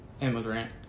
immigrant